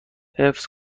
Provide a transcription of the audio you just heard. حفظ